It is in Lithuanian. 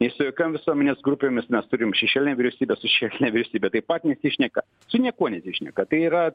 nei su jokiom visuomenės grupėmis mes turim šešėlinę vyriausybę su šešėline vyriausybe taip pat nesišneka su niekuo nesišneka tai yra